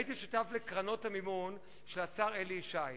הייתי שותף לקרנות המימון של השר אלי ישי.